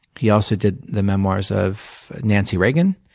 he also did the memoirs of nancy reagan,